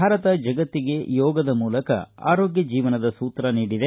ಭಾರತ ಜಗತ್ತಿಗೆ ಯೋಗದ ಮೂಲಕ ಆರೋಗ್ಯ ಜೀವನದ ಸೂತ್ರವನ್ನು ನೀಡಿದೆ